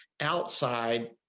outside